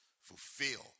fulfill